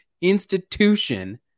institution